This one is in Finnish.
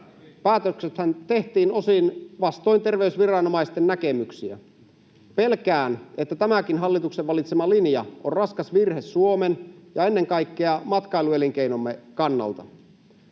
Päätöksethän tehtiin osin vastoin terveysviranomaisten näkemyksiä. Pelkään, että tämäkin hallituksen valitsema linja on raskas virhe Suomen ja ennen kaikkea matkailuelinkeinomme kannalta.